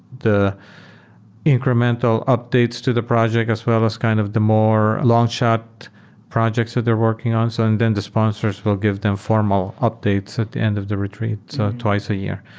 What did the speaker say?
the incremental updates to the project as well as kind of the more longshot projects that they're working on and then the sponsors will give them formal updates at the end of the retreat. so twice a year.